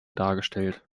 dargestellt